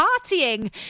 partying